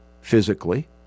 physically